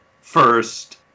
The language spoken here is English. first